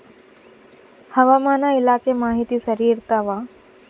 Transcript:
ಹವಾಮಾನ ಇಲಾಖೆ ಮಾಹಿತಿ ಸರಿ ಇರ್ತವ?